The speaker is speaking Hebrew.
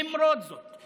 למרות זאת,